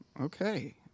Okay